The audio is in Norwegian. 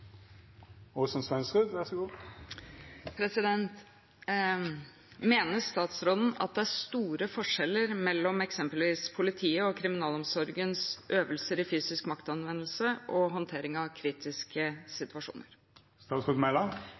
store forskjeller mellom eksempelvis politiets og kriminalomsorgens øvelser i fysisk maktanvendelse og håndtering av kritiske